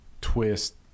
twist